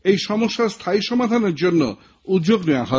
এই সমস্যার স্থায়ী সমাধানের জন্য উদ্যোগ নেওয়া হবে